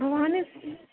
भवान्